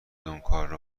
اونکارو